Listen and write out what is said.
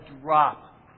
drop